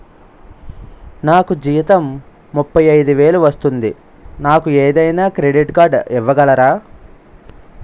నాకు జీతం ముప్పై ఐదు వేలు వస్తుంది నాకు ఏదైనా క్రెడిట్ కార్డ్ ఇవ్వగలరా?